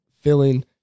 filling